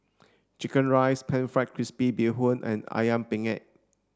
chicken rice pan fried crispy bee hoon and Ayam Penyet